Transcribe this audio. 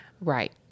Right